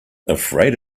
afraid